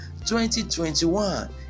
2021